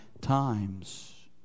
times